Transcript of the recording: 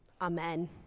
Amen